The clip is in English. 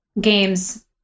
games